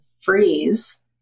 freeze